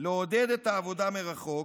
לעודד את העבודה מרחוק,